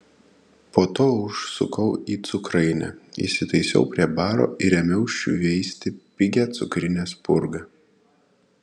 po to užsukau į cukrainę įsitaisiau prie baro ir ėmiau šveisti pigią cukrinę spurgą